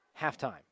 halftime